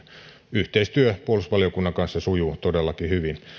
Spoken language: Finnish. yhteistyö puolustusvaliokunnan kanssa sujuu todellakin hyvin